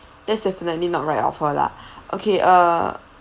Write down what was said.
that's definitely not right of her lah okay uh